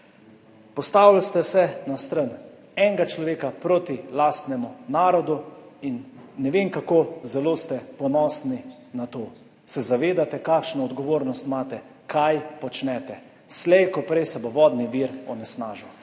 Postavili ste se na stran enega človeka proti lastnemu narodu in ne vem, koliko ste lahko ponosni na to. Ali se zavedate, kakšno odgovornost imate, kaj počnete? Slej ko prej se bo vodni vir onesnažil.